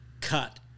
cut